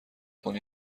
کنی